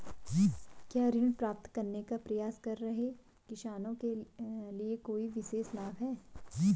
क्या ऋण प्राप्त करने का प्रयास कर रहे किसानों के लिए कोई विशेष लाभ हैं?